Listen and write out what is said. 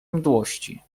mdłości